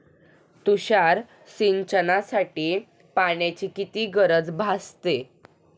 तुषार सिंचनासाठी पाण्याची किती गरज भासते?